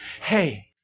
Hey